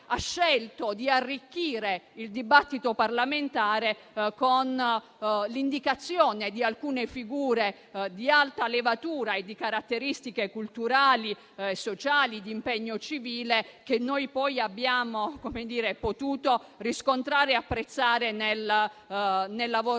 ha scelto di arricchire il dibattito parlamentare con l'indicazione di alcune figure di alta levatura e di caratteristiche culturali, sociali e di impegno civile che noi abbiamo potuto riscontrare e apprezzare nel nostro lavoro.